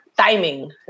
timing